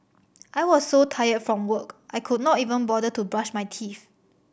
I was so tired from work I could not even bother to brush my teeth